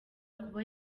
kuba